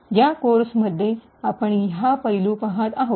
या कोर्समध्ये आपण हा पैलू पहात आहोत